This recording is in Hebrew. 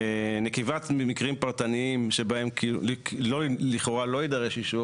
נקיבת מקרים פרטניים שבהם לכאורה לא יידרש אישור,